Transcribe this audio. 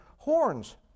Horns